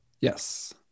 yes